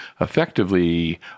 effectively